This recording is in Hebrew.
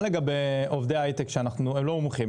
מה לגבי עובדי היי-טק הלא מומחים,